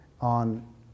on